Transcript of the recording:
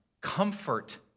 comfort